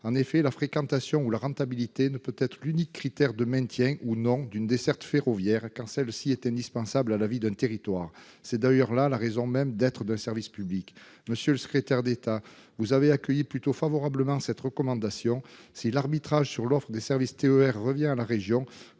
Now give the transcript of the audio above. En effet, la fréquentation ou la rentabilité ne peut être l'unique critère du maintien ou du non-maintien d'une desserte ferroviaire quand celle-ci est indispensable à la vie d'un territoire. C'est d'ailleurs là la raison même d'être d'un service public. Monsieur le secrétaire d'État, vous avez accueilli plutôt favorablement cette recommandation. Si l'arbitrage sur l'offre des services TER revient à la région,